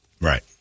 Right